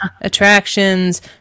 attractions